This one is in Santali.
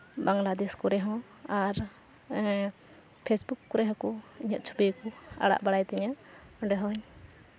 ᱵᱟᱝᱞᱟᱫᱮᱥ ᱠᱚᱨᱮ ᱦᱚᱸ ᱟᱨ ᱯᱷᱮᱥᱵᱩᱠ ᱠᱚᱨᱮᱜ ᱦᱚᱸᱠᱚ ᱤᱧᱟᱹᱜ ᱪᱷᱚᱵᱤ ᱜᱮᱠᱚ ᱟᱲᱟᱜ ᱵᱟᱲᱟᱭ ᱛᱤᱧᱟ ᱚᱸᱰᱮ ᱦᱚᱸᱧ